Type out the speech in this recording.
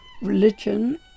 religion